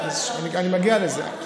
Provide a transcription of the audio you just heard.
לא מכירים, אני מגיע לזה.